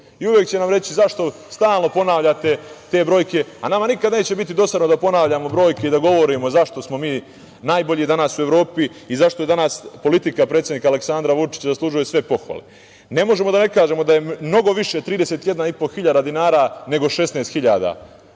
će nam reći - zašto stalno ponavljate te brojke, a nama nikad neće dosadno da ponavljamo brojke i da govorimo zašto smo mi najbolji danas u Evropi i zašto danas politika predsednika Aleksandar Vučića zaslužuje sve pohvale. Ne možemo da ne kažemo da je mnogo više od 31,5 hiljada dinara nego 16.000,